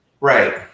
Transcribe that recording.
right